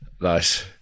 nice